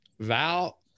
Val